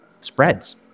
spreads